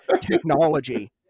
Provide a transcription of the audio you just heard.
technology